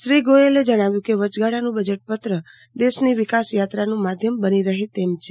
શ્રી ગોયલે જણાવ્યું કે વચગાળાનું બજેટપત્ર દેશની વિકાસયાત્રાનું માધ્યમ બની રહે તેમ છે